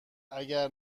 اگر